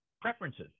preferences